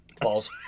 balls